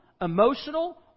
emotional